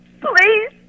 Please